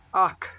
اکھ